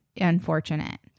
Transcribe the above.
unfortunate